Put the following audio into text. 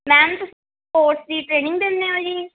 ma'am ਤੁਸੀਂ course ਦੀ training ਦਿੰਦੇ ਹੋ ਜੀ